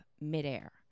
midair